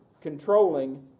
controlling